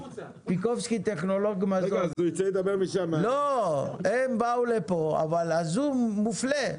הם באו לפה, אבל הזום מופלה.